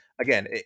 Again